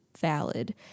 Valid